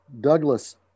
douglas